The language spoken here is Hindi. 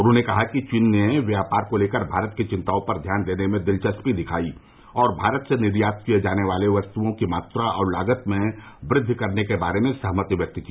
उन्होंने कहा कि चीन ने व्यापार को लेकर भारत की चिंताओं पर ध्यान देने में दिलचस्पी दिखाई और भारत से निर्यात किये जाने वाली वस्तुओं की मात्रा और लागत में वृद्वि करने बारे में सहमति व्यक्त की